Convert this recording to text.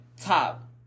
Top